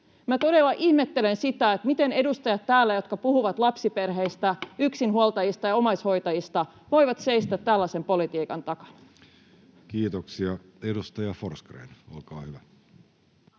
todella ihmettelen sitä, miten täällä edustajat, jotka puhuvat lapsiperheistä, yksinhuoltajista ja omaishoitajista, voivat seistä tällaisen politiikan takana. Kiitoksia. — Edustaja Forsgrén, olkaa hyvä.